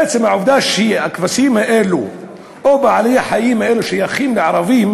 עצם העובדה שהכבשים האלה או בעלי-החיים האלה שייכים לערבים,